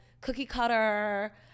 cookie-cutter